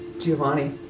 Giovanni